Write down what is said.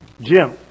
Jim